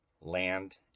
land